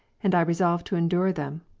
and i resolved to endure them,